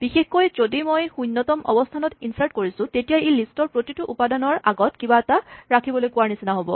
বিশেষকৈ যদি মই শূণ্যতম অৱস্হানত ইনৰ্ছাট কৰিছো তেতিয়া ই লিষ্টৰ প্ৰতিটো উপাদানৰ আগত কিবা এটা ৰাখিবলৈ কোৱাৰ নিচিনা হ'ব